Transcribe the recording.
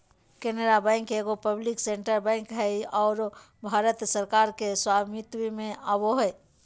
Canara bank एगो public sector bank हइ आरो भारत सरकार के स्वामित्व में आवो हइ